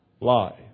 Lie